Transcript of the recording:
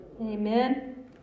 amen